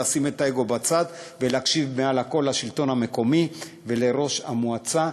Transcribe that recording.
לשים את האגו בצד ולהקשיב מעל לכול לשלטון המקומי ולראש המועצה,